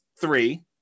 three